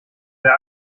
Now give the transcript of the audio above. der